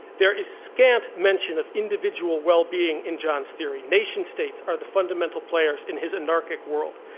there is scant mention of individual wellbeing in john's theory. nation states are the fundamental players in his anarchic world.